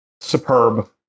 superb